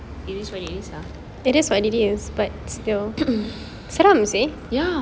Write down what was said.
it is what it is lah ya